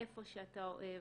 איפה שאתה אוהב,